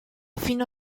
fino